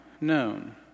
known